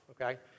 Okay